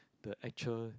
the actual